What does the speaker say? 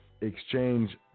exchange